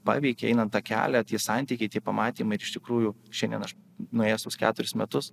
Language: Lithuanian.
paveikė einant tą kelią tie santykiai tai pamatymai ir iš tikrųjų šiandien aš nuėjęs tuos keturis metus